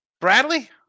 Bradley